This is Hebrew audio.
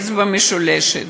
אצבע משולשת.